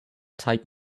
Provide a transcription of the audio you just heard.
type